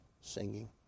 singing